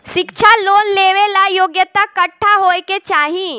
शिक्षा लोन लेवेला योग्यता कट्ठा होए के चाहीं?